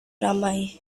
ramai